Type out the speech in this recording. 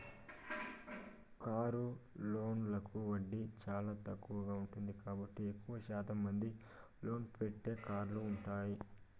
car లోన్లకు వడ్డీ చానా తక్కువగా ఉంటుంది కాబట్టి ఎక్కువ శాతం మంది లోన్ పెట్టే కార్లు కొంటారు